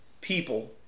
people